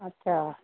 اچھا